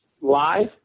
live